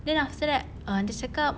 then after that err dia cakap